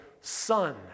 son